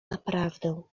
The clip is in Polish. naprawdę